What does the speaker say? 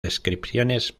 descripciones